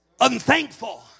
Unthankful